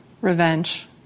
revenge